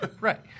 Right